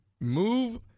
move